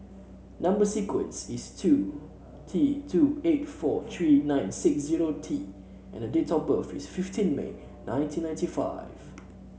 number sequence is two T two eight four three nine six zero T and the date of birth is fifteen May nineteen ninety five